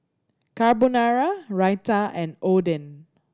Carbonara Raita and Oden